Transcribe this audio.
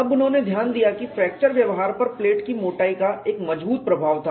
तब उन्होंने ध्यान दिया कि फ्रैक्चर व्यवहार पर प्लेट की मोटाई का एक मजबूत प्रभाव था